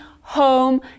home